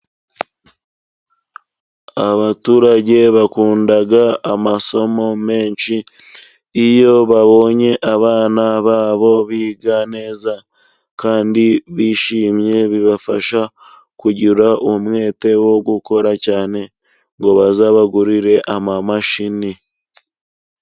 Abaturage bakunda amasomo menshi, iyo babonye abana babo biga neza kandi bishimye, bibafasha kugira umwete wo gukora cyane ngo bazabagurire amamashini.